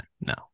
No